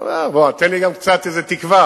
אני אומר: בוא, תן גם קצת איזה תקווה.